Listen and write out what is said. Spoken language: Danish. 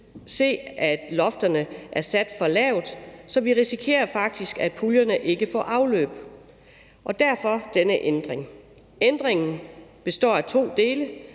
se, at lofterne er sat for lavt, så vi risikerer faktisk, at puljerne faktisk ikke får afløb, derfor denne ændring. Ændringen består af to dele.